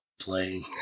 playing